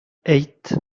eight